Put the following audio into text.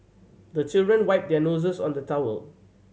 the children wipe their noses on the towel